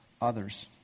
others